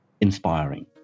inspiring